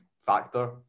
factor